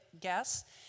guests